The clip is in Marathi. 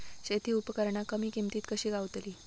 शेती उपकरणा कमी किमतीत कशी गावतली?